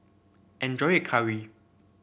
enjoy your curry